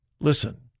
Listen